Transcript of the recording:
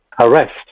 arrest